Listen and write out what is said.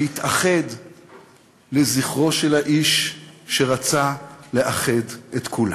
להתאחד לזכרו של האיש שרצה לאחד את כולנו.